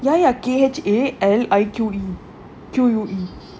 ya ya get A L I Q E Q U E